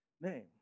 name